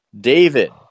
David